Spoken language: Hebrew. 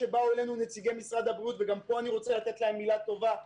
כשבאו אלינו נציגי משרד הבריאות ואני רוצה להגיד להם מילה טובה,